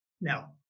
Now